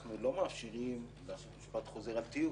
אנחנו לא מאפשרים גם משפט חוזר על תיוג.